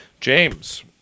James